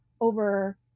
over